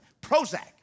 Prozac